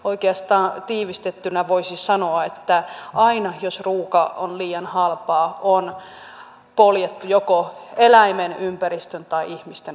oikeastaan tiivistettynä voisi sanoa että aina jos ruoka on liian halpaa on poljettu joko eläimen ympäristön tai ihmisten oikeuksia